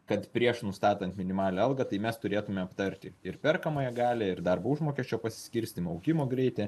kad prieš nustatant minimalią algą tai mes turėtume aptarti ir perkamąją galią ir darbo užmokesčio pasiskirstymo augimo greitį